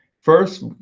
First